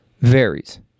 varies